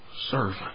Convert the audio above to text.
servant